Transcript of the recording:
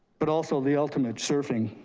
but also the ultimate surfing.